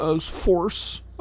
Force